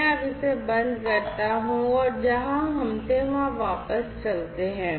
मैं अब इसे बंद करता हूँ और जहां हम थे वहां वापस चलते हैं